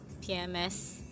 PMS